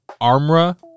armra